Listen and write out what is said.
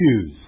choose